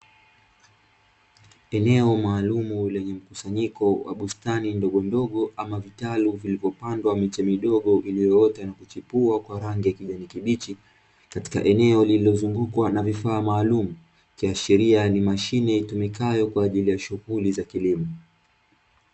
Eneo maalumu lenye mkusanyiko wa bustani ndogondogo ama vitalu vilivyopandwa miti midogo iliyoota nakuchipua kwa rangi ya kijani kibichi, katika eneo lililo zungukwa na vifaa maalumu ikiashiria ni mashine itumikayo kwaajili ya shughuli za kilimo.